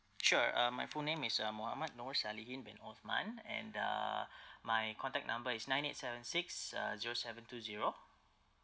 sure uh my full name is uh mohammad nor salihin bin othman and uh my contact number is nine eight seven six uh zero seven two zero